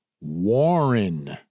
Warren